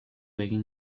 egin